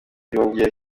byongera